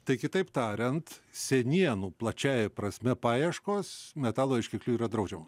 tai kitaip tariant senienų plačiąja prasme paieškos metalo ieškiklių yra draudžiamos